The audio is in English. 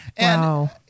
Wow